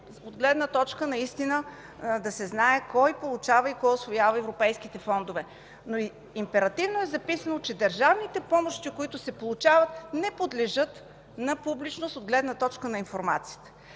от гледна точка наистина да се знае кой получава и кой усвоява европейските фондове, но императивно е записано, че държавните помощи, които се получават, не подлежат на публичност, от гледна точка на информацията.